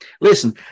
listen